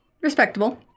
Respectable